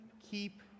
keep